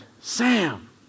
Sam